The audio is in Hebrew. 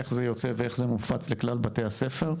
איך זה יוצא ואיך זה מופץ לכלל בתי הספר?